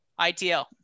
ITL